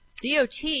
DOT